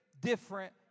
different